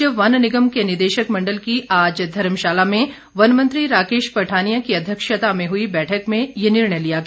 राज्य वन निगम के निदेशक मंडल की आज धर्मशाला में वन मंत्री राकेश पठानिया की अध्यक्षता में हई बैठक में ये निर्णय लिया गया